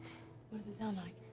what does it sound like?